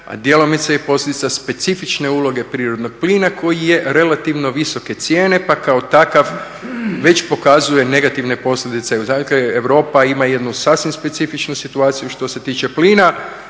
djelomice i posljedica specifične uloge prirodnog plina koji je relativno visoke cijene pa kao takav već pokazuje negativne posljedice. Dakle Europa ima jednu sasvim specifičnu situaciju što se tiče plina